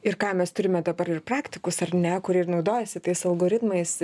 ir ką mes turime dabar ir praktikus ar ne kur ir naudojasi tais algoritmais